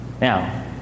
Now